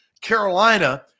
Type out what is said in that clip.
Carolina